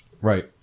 Right